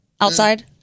outside